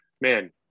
man